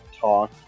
talk